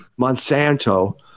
Monsanto –